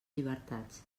llibertats